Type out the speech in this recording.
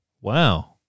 Wow